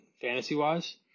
fantasy-wise